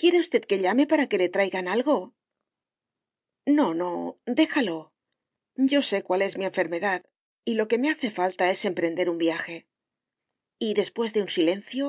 quiere usted que llame para que le traigan algo no no déjalo yo sé cuál es mi enfermedad y lo que me hace falta es emprender un viaje y después de un silencio